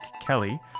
Kelly